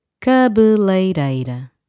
Cabeleireira